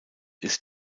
ist